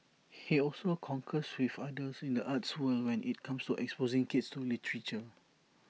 he also concurs with others in the arts world when IT comes to exposing kids to literature